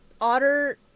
otter